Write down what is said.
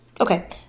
Okay